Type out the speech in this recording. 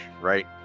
Right